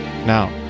Now